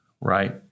right